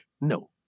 No